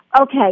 Okay